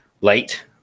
late